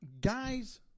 Guys